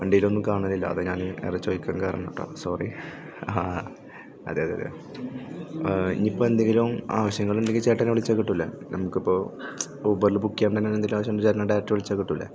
വണ്ടിയിലൊന്നും കാണലില്ല അതാ ഞാൻ ഏറെ ചോദിക്കാൻ കാരണം കേട്ടോ സോറി ആ അതെ അതെ അതെ ഇനിയിപ്പം എന്തെങ്കിലും ആവശ്യമുണ്ടെങ്കിൽ ചേട്ടനെ വിളിച്ചാൽ കിട്ടില്ലേ നമുക്കിപ്പോൾ ഊബറിൽ ബുക്ക് ചെയ്യാൻ തന്നെ എന്തെങ്കിലും ആവശ്യം ഉണ്ടെ ചേട്ടനെ ഡയറക്റ്റ് വിളിച്ചാൽ കിട്ടില്ലേ